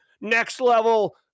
next-level